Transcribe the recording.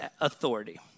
authority